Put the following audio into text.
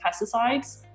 pesticides